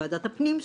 ועדת הפנים,